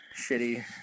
shitty